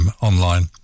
online